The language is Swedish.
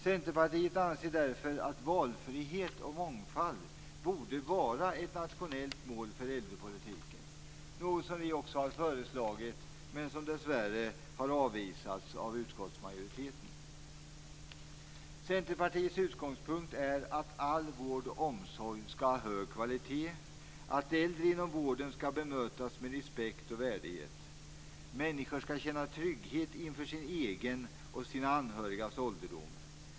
Centerpartiet anser därför att valfrihet och mångfald borde vara ett nationellt mål för äldrepolitiken. Ett förslag som dessvärre har avvisats av utskottsmajoriteten. Centerpartiets utgångspunkt är att all vård och omsorg skall ha hög kvalitet och att äldre inom vården skall bemötas med respekt och värdighet. Människor skall känna trygghet inför sin egen och sina anhörigas ålderdom.